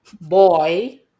boy